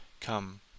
Come